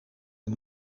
een